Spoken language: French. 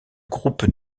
groupe